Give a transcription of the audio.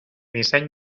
disseny